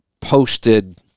posted